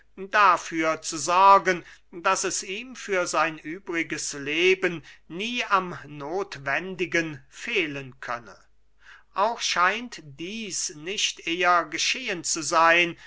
dafür zu sorgen daß es ihm für sein übriges leben nie am nothwendigen fehlen könne auch scheint dieß nicht eher geschehen zu seyn